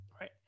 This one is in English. right